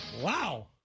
Wow